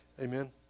Amen